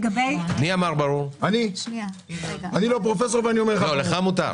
אני לא פרופסור ואני אומר לך את זה.